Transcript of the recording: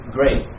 Great